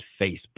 Facebook